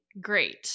great